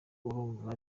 urumva